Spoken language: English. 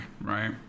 right